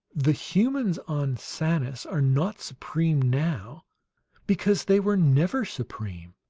the humans on sanus are not supreme now because they were never supreme.